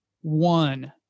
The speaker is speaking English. one